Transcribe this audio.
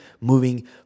moving